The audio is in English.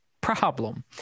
problem